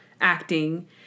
acting